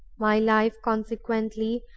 my life, consequently,